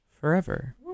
forever